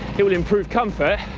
it would improve comfort,